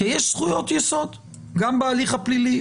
כי יש זכויות יסוד גם בהליך הפלילי,